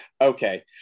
Okay